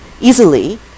Easily